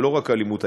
ולא רק אלימות,